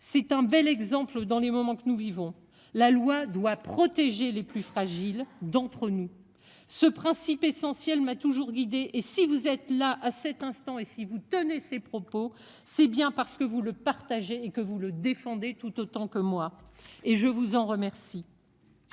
C'est un bel exemple dans les moments que nous vivons. La loi doit protéger les plus fragiles d'entre nous ce principe essentiel m'a toujours guidé et si vous êtes là, à cet instant et si vous tenez ces propos c'est bien parce que vous le partagez et que vous le défendez tout autant que moi et je vous en remercie.